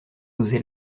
osé